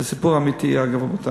זה סיפור אמיתי, אגב, רבותי,